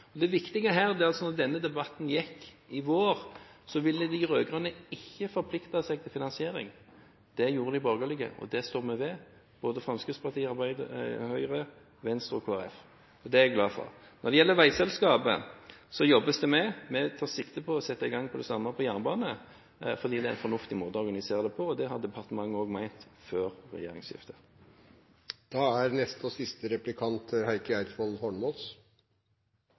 til. Det viktige her er at da denne debatten gikk i vår, så ville ikke de rød-grønne forplikte seg til finansiering. Det gjorde de borgerlige, og det står vi ved, både Fremskrittspartiet, Høyre, Venstre og Kristelig Folkeparti, og det er jeg glad for. Når det gjelder veiselskapet, jobbes det med det, og vi tar sikte på å sette i gang det samme på jernbane, fordi det er en fornuftig måte å organisere det på, og det har også departementet ment før regjeringsskiftet.